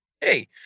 Hey